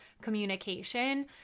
communication